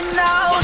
now